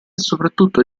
soprattutto